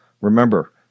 remember